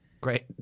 Great